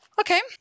Okay